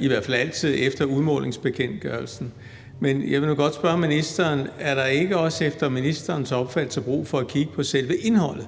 i hvert fald ikke altid, efter udmålingsbekendtgørelsen. Men jeg vil nu godt spørge ministeren, om der ikke også efter ministerens opfattelse er brug for at kigge på selve indholdet